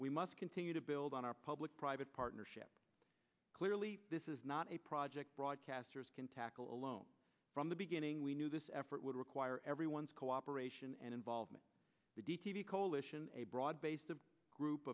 we must continue to build on our public private partnership clearly this is not a project broadcasters can tackle alone from the beginning we knew this effort would require everyone's cooperation and involvement d t b coalition a broad base a group